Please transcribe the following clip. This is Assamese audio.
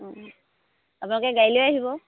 অঁ আপোনালোকে গাড়ী লৈ আহিব